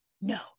no